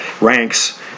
ranks